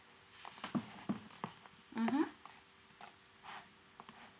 mmhmm